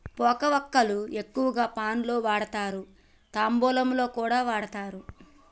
పోక వక్కలు ఎక్కువగా పాన్ లలో వాడుతారు, తాంబూలంలో కూడా వాడుతారు